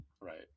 Right